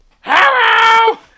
Hello